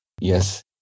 yes